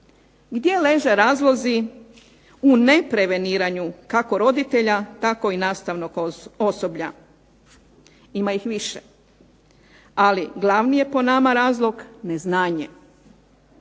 Gdje leže razlozi u nepreveniranju kako roditelja tako i nastavnog osoblja. Ima ih više. Ali glavni je po nama razlog neznanje.